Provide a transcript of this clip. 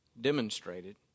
demonstrated